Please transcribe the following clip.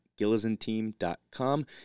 GillisonTeam.com